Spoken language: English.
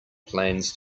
plans